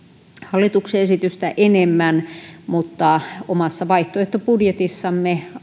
hallituksen esitystä enemmän mutta omassa vaihtoehtobudjetissamme